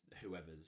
whoever's